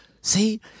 See